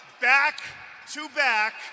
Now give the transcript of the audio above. Back-to-back